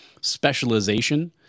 specialization